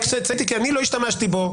אני לא השתמשתי בו.